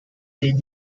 they